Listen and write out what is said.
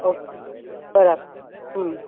okay બરાબર હમ